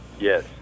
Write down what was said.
Yes